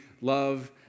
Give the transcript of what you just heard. love